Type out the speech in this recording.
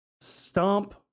stomp